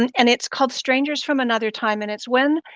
and and it's called strangers from another time and it's when